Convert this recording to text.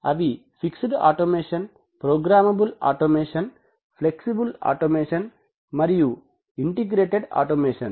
అవి fixed automation programmable automation flexible automation మరియు integrated automation